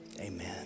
amen